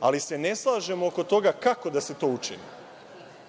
ali se ne slažemo oko toga kako da se to učini. Vi